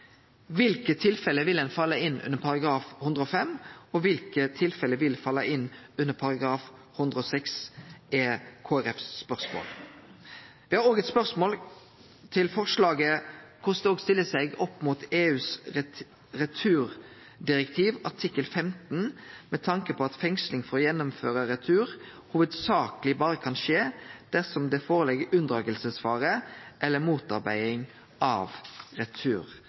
kva tilfelle vil ein falle inn under § 105, og i kva tilfelle vil ein falle inn under § 106, er Kristeleg Folkepartis spørsmål. Det er også eit spørsmål til forslaget om korleis dette stiller seg opp mot EUs returdirektiv artikkel 15, med tanke på at fengsling for å gjennomføre retur hovudsakeleg berre kan skje dersom det føreligg unndragingsfare eller motarbeiding av retur.